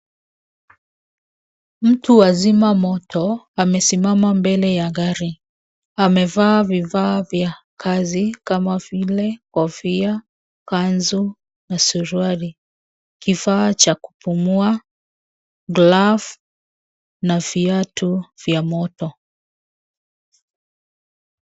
Mtu wa zimamoto amesimama mbele ya gari. Amevaa vifaa vya kazi kama vile kofia, kanzu na suruali, kifaa cha kupumua, glavu na viatu vya moto.